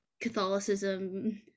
Catholicism